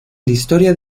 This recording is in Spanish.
historia